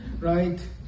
right